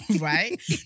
Right